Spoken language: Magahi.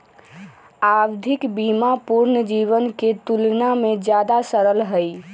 आवधिक बीमा पूर्ण जीवन के तुलना में ज्यादा सरल हई